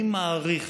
אני מעריך,